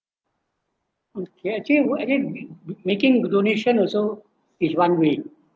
okay actually what I think making the donation also is one way